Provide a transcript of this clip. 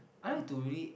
I like to really